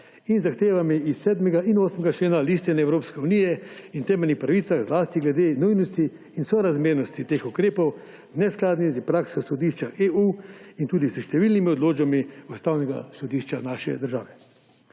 ter zahtevami iz 7. in 8. člena Listine Evropske unije o temeljnih pravicah, zlasti glede nujnosti in sorazmernosti teh ukrepov, neskladni s prakso Sodišča EU in tudi s številnimi odločbami Ustavnega sodišča naše države.